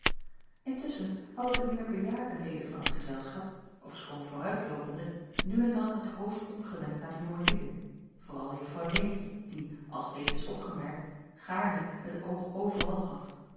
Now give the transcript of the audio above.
intusschen hadden de meer bejaarde leden van het gezelschap ofschoon vooruitloopende nu en dan het hoofd omgewend naar de jonge lieden vooral juffrouw leentje die als reeds is opgemerkt gaarne het oog overal had